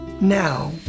Now